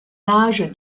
l’âge